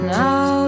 now